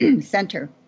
center